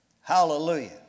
Hallelujah